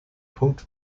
punkt